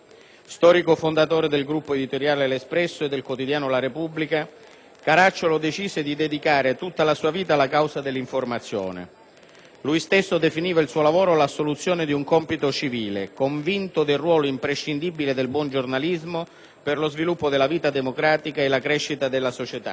Storico fondatore del gruppo editoriale «L'Espresso» e del quotidiano «la Repubblica», Caracciolo decise di dedicare tutta la sua vita alla causa dell'informazione. Egli stesso definiva il suo lavoro come l'assolvimento di un compito civile, convinto del ruolo imprescindibile del buon giornalismo per lo sviluppo della vita democratica e la crescita della società.